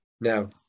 Now